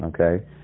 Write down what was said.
okay